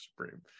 Supreme